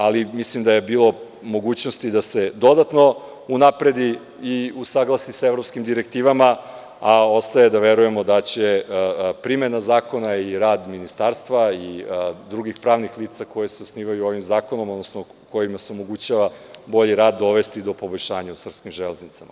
Ali, mislim da je bilo mogućnosti da se dodatno unapredi i usaglasi sa evropskim direktivama, a ostaje da verujemo da će primena zakona i rad ministarstva i drugih pravnih lica koja se osnivaju ovim zakonom, odnosno kojima se omogućava bolji rad, dovesti do poboljšanja u srpskim železnicama.